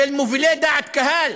של מובילי דעת קהל,